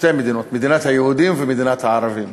שתי מדינות: מדינת היהודים ומדינת הערבים.